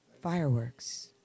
Fireworks